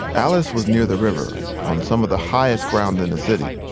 and alice was near the river on some of the highest ground in the city.